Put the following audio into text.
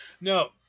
No